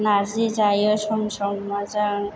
नार्जि जायो सम सम अमाजों